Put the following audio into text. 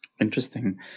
Interesting